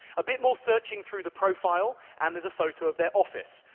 a bit more searching through the profile and there's a photo of their office.